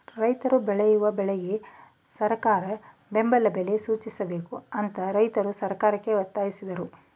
ರೈತ್ರು ಬೆಳೆಯುವ ಬೆಳೆಗಳಿಗೆ ಸರಕಾರ ಬೆಂಬಲ ಬೆಲೆ ಸೂಚಿಸಬೇಕು ಅಂತ ರೈತ್ರು ಸರ್ಕಾರಕ್ಕೆ ಒತ್ತಾಸಿದ್ರು